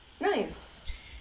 nice